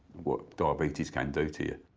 what diabetes can do to you.